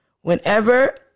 Whenever